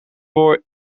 voor